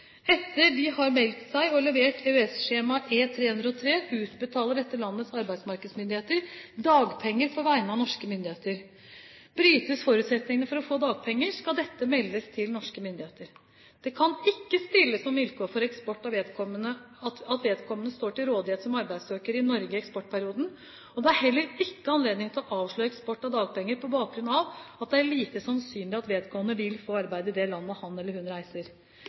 Etter at de har meldt seg og levert EØS-skjema E303, utbetaler dette landets arbeidsmarkedsmyndigheter dagpenger på vegne av norske myndigheter. Brytes forutsetningene for å få dagpenger, skal dette meldes til norske myndigheter. Det kan ikke stilles som vilkår for eksport at vedkommende står til rådighet som arbeidssøker i Norge i eksportperioden, og det er heller ikke anledning til å avslå eksport av dagpenger på bakgrunn av at det er lite sannsynlig at vedkommende vil få arbeid i det landet han eller hun reiser